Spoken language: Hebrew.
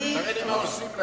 תראה לי מה עושים להם.